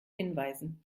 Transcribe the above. hinweisen